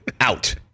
Out